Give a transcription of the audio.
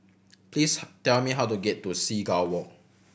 please tell me how to get to Seagull Walk